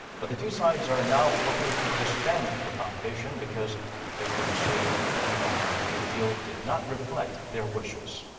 but the two sides are now working to disband the the foundation. because the victims say the two thousand and fifteen deal did not reflect their wishes.